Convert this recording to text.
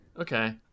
Okay